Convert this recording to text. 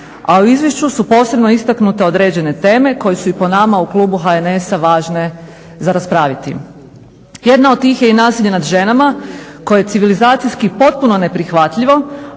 a u izvješću su posebno istaknute određene teme koje su i po nama u klubu HNS-a važne za raspraviti. Jedna od tih je i nasilje nad ženama koje civilizacijski potpuno neprihvatljivo